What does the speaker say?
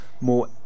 more